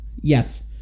Yes